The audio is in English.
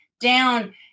down